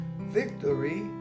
victory